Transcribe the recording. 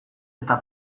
eta